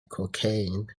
cocaine